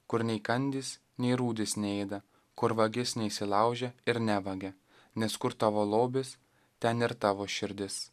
kur nei kandys nei rūdys neėda kur vagis neįsilaužia ir nevagia nes kur tavo lobis ten ir tavo širdis